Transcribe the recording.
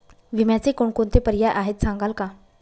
विम्याचे कोणकोणते पर्याय आहेत सांगाल का?